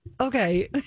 okay